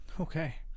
Okay